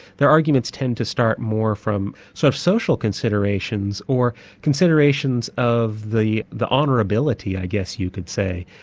their arguments tend to start more from sort of social considerations or considerations of the the honourability i guess you could say,